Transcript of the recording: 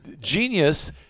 genius